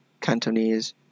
Cantonese